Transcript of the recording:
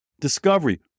discovery